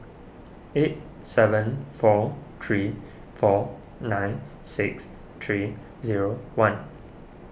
eight seven four three four nine six three zero one